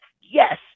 yes